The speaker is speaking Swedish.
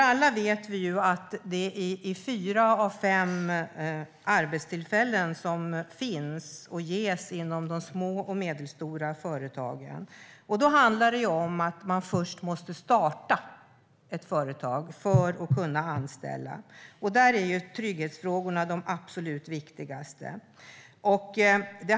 Alla vet vi att fyra av fem arbetstillfällen finns inom de små och medelstora företagen. Man måste först starta ett företag för att kunna anställa. Där är trygghetsfrågorna de absolut viktigaste.